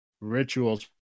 rituals